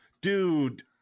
Dude